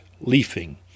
leafing